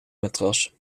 matras